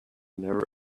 never